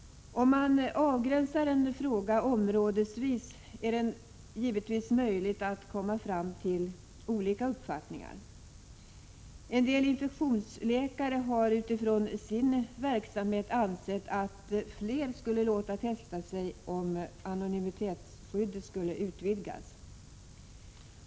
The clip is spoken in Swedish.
Om man avgränsar en fråga områdesvis, är det givetvis möjligt att komma fram till olika uppfattningar. En del infektionsläkare har, med utgångspunkt i sin verksamhet, uttalat att fler skulle låta testa sig om anonymitetsskyddet utvidgades.